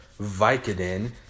Vicodin